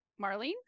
marlene